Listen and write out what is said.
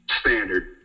standard